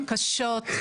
בקשות?